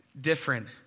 different